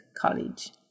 college